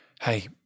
Hey